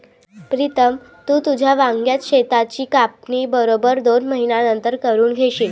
प्रीतम, तू तुझ्या वांग्याच शेताची कापणी बरोबर दोन महिन्यांनंतर करून घेशील